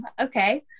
Okay